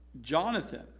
Jonathan